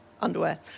underwear